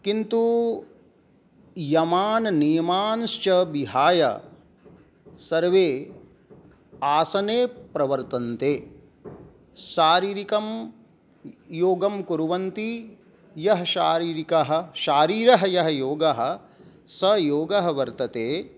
किन्तु यमान् नियमांश्च विहाय सर्वे आसने प्रवर्तन्ते शारीरिकं योगं कुर्वन्ति यः शारीरिकः शारीरः यः योगः सः योगः वर्तते